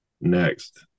next